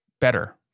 better